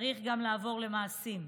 צריך גם לעבור למעשים.